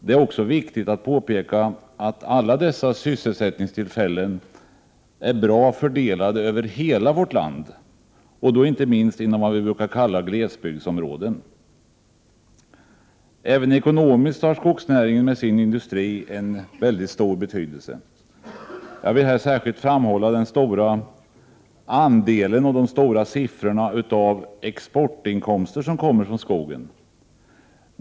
Det är också viktigt att påpeka att alla dessa sysselsättningstillfällen är bra fördelade över hela vårt land, och då inte minst inom vad vi brukar kalla glesbygdsområden. Även ekonomiskt har skogsnäringen med sin industri en mycket stor betydelse. Jag vill här särskilt framhålla den stora andelen och de höga siffrorna av exportinkomster som kommer från skogen.